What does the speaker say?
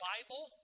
Bible